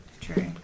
True